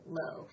low